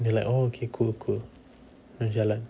they like oh okay cool cool and jalan